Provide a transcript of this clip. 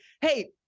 hey